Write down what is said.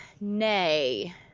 nay